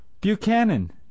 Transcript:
Buchanan